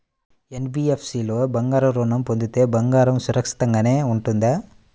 NBFC లో బంగారు ఋణం పొందితే బంగారం సురక్షితంగానే ఉంటుందా?